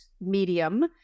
medium